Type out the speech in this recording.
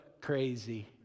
crazy